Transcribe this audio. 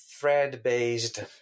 thread-based